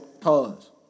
Pause